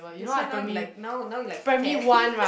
that's why now you like now now you like fat